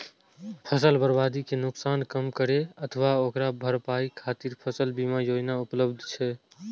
फसल बर्बादी के नुकसान कम करै अथवा ओकर भरपाई खातिर फसल बीमा योजना उपलब्ध छै